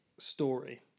Story